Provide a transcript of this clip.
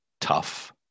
tough